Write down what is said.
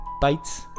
bites